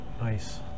Nice